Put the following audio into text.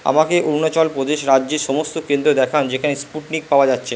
আমাকে অরুণাচল প্রদেশ রাজ্যে সমস্ত কেন্দ্র দেখান যেখানে স্পুটনিক পাওয়া যাচ্ছে